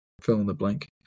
fill-in-the-blank